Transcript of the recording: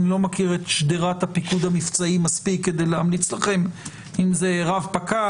אני לא מכיר את שדרת הפיקוד המבצעי מספיק כדי להמליץ לכם אם זה רב-פקד.